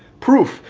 proof.